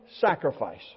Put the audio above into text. sacrifice